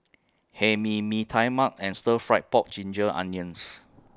Hae Mee Mee Tai Mak and Stir Fried Pork Ginger Onions